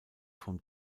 von